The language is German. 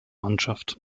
mannschaft